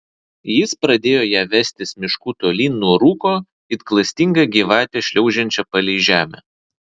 jis pradėjo ją vestis mišku tolyn nuo rūko it klastinga gyvatė šliaužiančio palei žemę